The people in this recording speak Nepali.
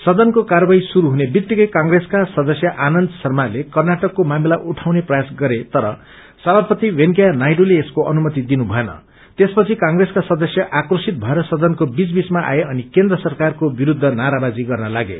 सदनको कार्यवाही श्रुरू हुनै वित्तिकै क्प्रेसका सदस्य आनन्द शर्माले कर्नाटकको मामिला उठाउने प्रयास गरे तर सभापति वेकैया नायडूले यसको अनुमति दिनु भएन त्यसपछि क्प्रेसका सदस्य आक्रोशित भएर सदनको बीच बीचमा आए अनि केन्द्र सरकारको विरूद्ध नाराबाजी गर्ने लागे